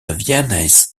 viennese